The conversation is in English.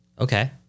Okay